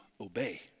obey